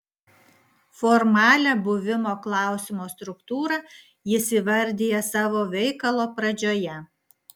formalią buvimo klausimo struktūrą jis įvardija savo veikalo pradžioje